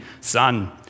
son